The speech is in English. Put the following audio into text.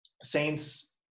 Saints